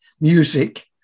music